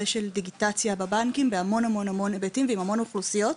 הדיגיטציה בבנקים בהמון היבטים ועם המון אוכלוסיות,